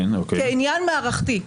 כעניין מערכתי,